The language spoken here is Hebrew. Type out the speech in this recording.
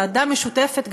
ועדה משותפת,